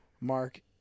Mark